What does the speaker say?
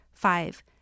Five